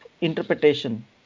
interpretation